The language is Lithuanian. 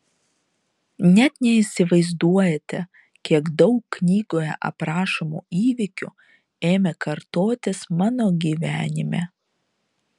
net neįsivaizduojate kiek daug knygoje aprašomų įvykių ėmė kartotis mano gyvenime